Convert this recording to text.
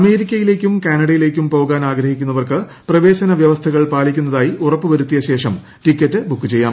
അമേരിക്കയിലേക്കും കാനഡയിലേക്ക് പോകാൻ ആഗ്രഹിക്കുന്നവർക്ക് പ്രവേശന വൃവസ്ഥകൾ പാലിക്കുന്നതായി ഉറപ്പു വരുത്തിയ ശേഷം ടിക്കറ്റ് ബുക്ക് ചെയ്യാം